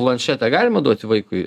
planšetę galima duoti vaikui